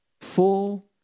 Full